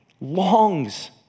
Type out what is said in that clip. Longs